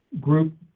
group